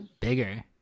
bigger